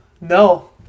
No